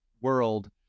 world